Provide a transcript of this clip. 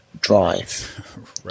drive